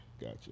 gotcha